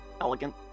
elegant